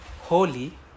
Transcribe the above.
holy